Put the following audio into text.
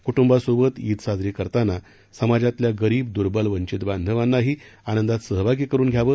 कुटुंबासोबत ईद साजरी करताना समाजातल्या गरीब दुर्बल वंचित बांधवांनाही आनंदात सहभागी करुन घ्यावं